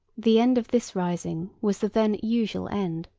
the end of this rising was the then usual end.